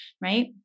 right